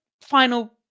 final